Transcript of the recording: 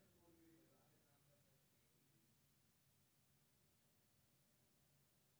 proso बाजाराक खेती न्यूनतम लागत मे आ जैविक तरीका सं होइ छै